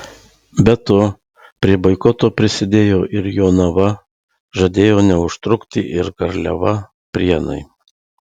be to prie boikoto prisidėjo ir jonava žadėjo neužtrukti ir garliava prienai